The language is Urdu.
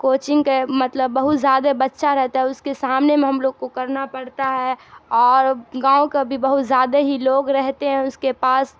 کوچنگ کے مطلب بہت زیادہ بچہ رہتا ہے اس کے سامنے میں ہم لوگ کو کرنا پڑتا ہے اور گاؤں کا بھی بہت زیادہ ہی لوگ رہتے ہیں اس کے پاس